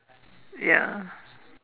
ya